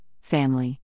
family